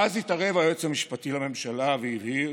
ואז התערב היועץ המשפטי לממשלה והבהיר